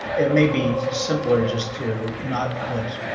it may be simpler just to not put.